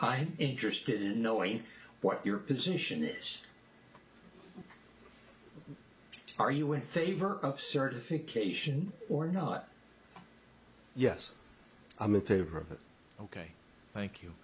i interested in knowing what your position is are you in favor of certification or not yes i'm in favor of it ok thank